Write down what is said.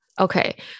Okay